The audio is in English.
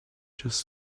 just